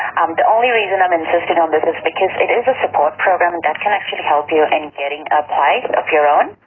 um the only am um insisting on this is because it is a support program and that can actually help you in getting a place of your own.